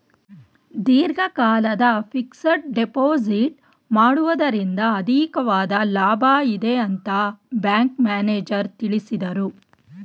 ದೀರ್ಘಕಾಲದ fixed deposit ಮಾಡುವುದರಿಂದ ಅಧಿಕವಾದ ಲಾಭ ಇದೆ ಅಂತ ಬ್ಯಾಂಕ್ ಮ್ಯಾನೇಜರ್ ತಿಳಿಸಿದರು